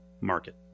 market